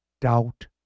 doubt